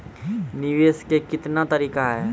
निवेश के कितने तरीका हैं?